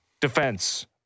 defense